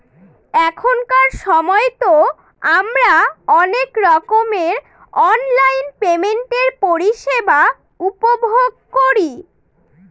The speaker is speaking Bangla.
এখনকার সময়তো আমারা অনেক রকমের অনলাইন পেমেন্টের পরিষেবা উপভোগ করি